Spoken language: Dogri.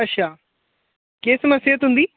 अच्छा केह् समस्या तुंदी